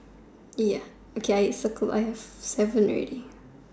ya okay I circled I have seven already